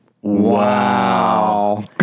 wow